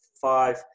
five